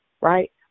right